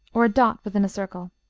or a dot within a circle,